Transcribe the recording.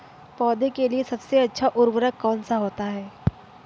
पौधे के लिए सबसे अच्छा उर्वरक कौन सा होता है?